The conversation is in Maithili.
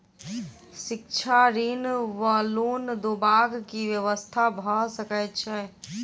शिक्षा ऋण वा लोन देबाक की व्यवस्था भऽ सकै छै?